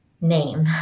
name